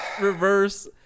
reverse